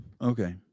Okay